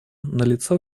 налицо